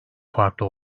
farklı